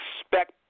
expect